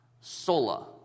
Sola